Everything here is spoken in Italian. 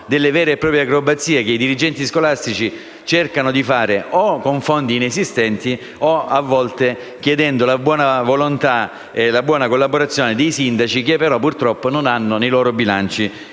delle vere e proprie acrobazie, che i dirigenti scolastici cercano di fare o con fondi inesistenti o rimettendosi alla buona volontà e alla collaborazione dei sindaci, che purtroppo non sempre hanno nei loro bilanci